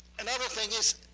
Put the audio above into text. another thing is,